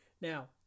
Now